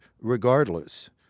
regardless—